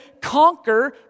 conquer